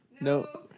No